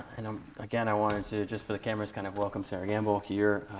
and um again, i wanted to to just for the cameras kind of welcome sera gamble here.